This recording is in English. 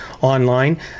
online